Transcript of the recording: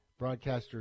broadcasters